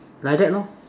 like that lor